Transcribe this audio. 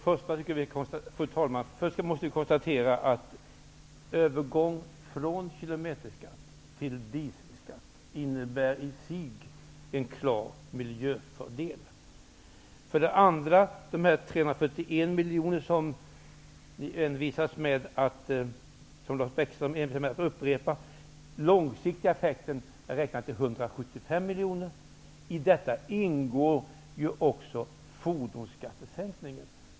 Fru talman! Först vill jag konstatera att övergången från kilometerskatt till dieselskatt innebär i sig en klar miljöfördel. De 341 miljoner som Lars Bäckström envisas med att tala om har en långsiktig effekt på 175 miljoner. Däri ingår också fordonsskattesänkningen.